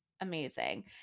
amazing